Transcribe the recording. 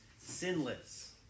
sinless